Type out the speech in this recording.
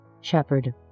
Shepherd